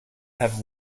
have